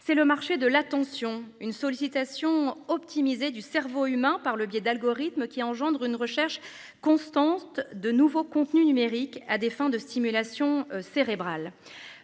c'est le marché de l'attention, une sollicitation optimisée du cerveau humain, par le biais d'algorithmes qui engendre une recherche constante de nouveaux contenus numériques à des fins de stimulation cérébrale